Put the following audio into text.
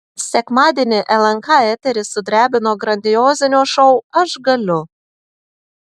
sekmadienį lnk eterį sudrebino grandiozinio šou aš galiu